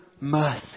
mercy